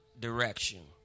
direction